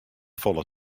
folle